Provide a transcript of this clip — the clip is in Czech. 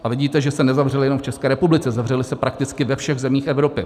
A vidíte, že se nezavřely jenom v České republice, zavřely se prakticky ve všech zemích v Evropě.